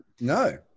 No